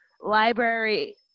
Library